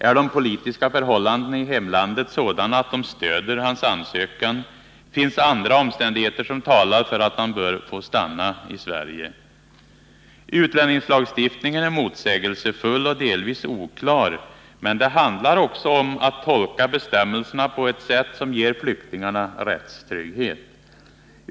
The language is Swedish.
Är de politiska förhållandena i hemlandet sådana att de stöder hans ansökan? Finns andra omständigheter som talar för att han bör få stanna i Sverige? Utlänningslagstiftningen är motsägelsefull och delvis oklar. Men det handlar också om att tolka bestämmelserna på ett sätt som ger flyktingarna rättstrygghet.